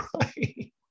right